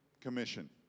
Commission